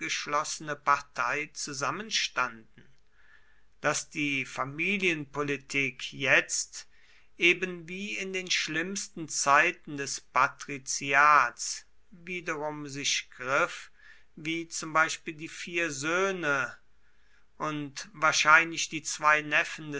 festgeschlossene partei zusammenstanden daß die familienpolitik jetzt eben wie in den schlimmsten zeiten des patriziats wiederum sich griff und zum beispiel die vier söhne und wahrscheinlich die zwei